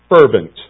fervent